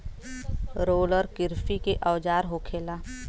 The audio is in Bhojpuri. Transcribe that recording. रोलर किरसी के औजार होखेला